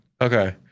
Okay